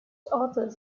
authors